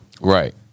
Right